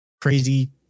crazy